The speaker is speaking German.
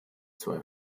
zwei